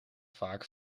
vaak